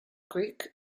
creek